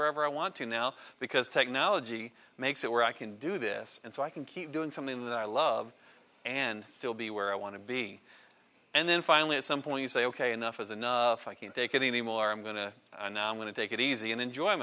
wherever i want to now because technology makes it where i can do this and so i can keep doing something that i love and still be where i want to be and then finally at some point you say ok enough is enough i can't take it anymore i'm going to going to take it easy and enjoy